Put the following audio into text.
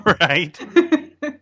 Right